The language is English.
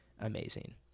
amazing